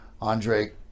Andre